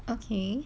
okay